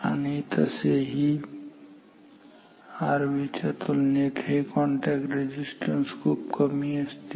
आणि तसेही Rv च्या तुलनेत हे कॉन्टॅक्ट रेझिस्टन्स खूप कमी असतील